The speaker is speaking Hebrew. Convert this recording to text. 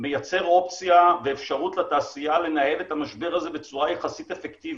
מייצר אופציה ואפשרות לתעשייה לנהל את המשבר הזה בצורה יחסית אפקטיבית,